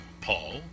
Paul